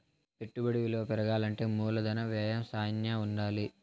పెట్టుబడి విలువ పెరగాలంటే మూలధన వ్యయం శ్యానా ఉండాలి